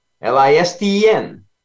L-I-S-T-E-N